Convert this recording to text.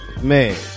Man